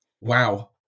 Wow